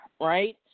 right